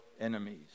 enemies